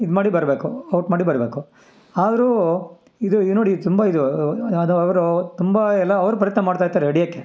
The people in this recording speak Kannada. ಇದು ಮಾಡಿ ಬರಬೇಕು ಔಟ್ ಮಾಡಿ ಬರಬೇಕು ಆದರೂ ಇದು ಈಗ ನೋಡಿ ತುಂಬ ಇದು ಅದವರು ತುಂಬ ಎಲ್ಲಾ ಅವ್ರು ಪ್ರಯತ್ನ ಮಾಡ್ತಾಯಿರ್ತಾರೆ ಹಿಡಿಯೋಕ್ಕೆ